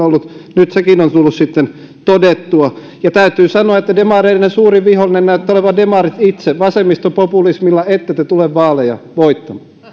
olleet nyt sekin on tullut sitten todettua ja täytyy sanoa että demareiden suurin vihollinen näyttää olevan demarit itse vasemmistopopulismilla te ette tule vaaleja voittamaan